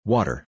Water